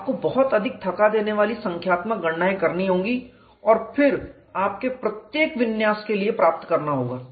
आपको बहुत अधिक थका देने वाली संख्यात्मक गणनाएँ करनी होंगी और फिर आपके प्रत्येक विन्यास के लिए प्राप्त करना होगा